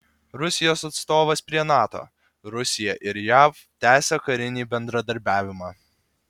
rusijos atstovas prie nato rusija ir jav tęsia karinį bendradarbiavimą